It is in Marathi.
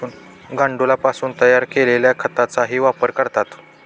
गांडुळापासून तयार केलेल्या खताचाही वापर करतात